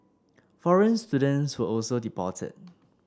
foreign students were also deported